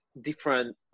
different